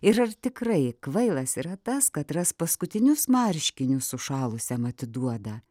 ir ar tikrai kvailas yra tas katras paskutinius marškinius sušalusiam atiduoda